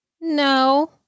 no